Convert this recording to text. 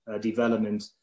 development